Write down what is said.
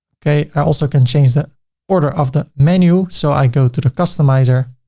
okay. i also can change the order of the menu. so i go to the customizer